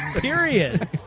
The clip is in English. Period